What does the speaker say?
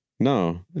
No